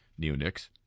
neonics